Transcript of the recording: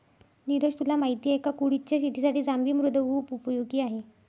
निरज तुला माहिती आहे का? कुळिथच्या शेतीसाठी जांभी मृदा खुप उपयोगी आहे